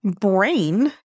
brain